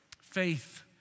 faith